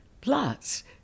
Plus